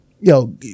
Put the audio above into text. Yo